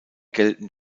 gelten